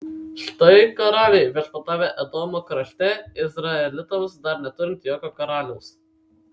štai karaliai viešpatavę edomo krašte izraelitams dar neturint jokio karaliaus